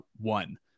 one